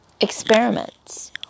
experiments